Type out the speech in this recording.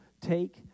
take